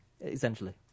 essentially